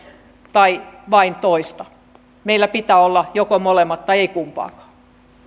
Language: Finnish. tai vain toista meillä pitää olla joko molemmat tai ei kumpaakaan